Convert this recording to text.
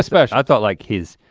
special. i thought like his,